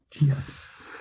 Yes